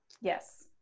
Yes